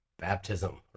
baptism